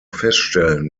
feststellen